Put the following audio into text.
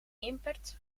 impact